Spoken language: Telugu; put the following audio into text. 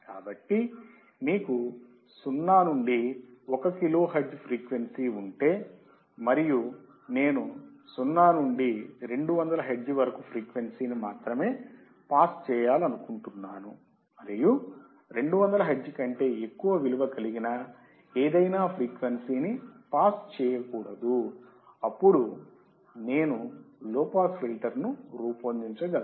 కాబట్టి మీకు 0 నుండి 1 కిలోహెర్ట్జ్ ఫ్రీక్వెన్సీ ఉంటే మరియు నేను 0 నుండి 200 హెర్ట్జ్ వరకు ఫ్రీక్వెన్సీని మాత్రమే పాస్ చేయాలనుకుంటున్నాను మరియు 200 హెర్ట్జ్ కంటే ఎక్కువ విలువ కలిగిన ఏదైనా ఫ్రీక్వెన్సీని పాస్ చేయకూడదు అప్పుడు నేను లో పాస్ ఫిల్టర్ను రూపొందించగలను